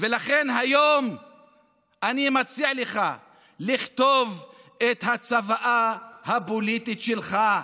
ולכן היום אני מציע לך לכתוב את הצוואה הפוליטית שלך,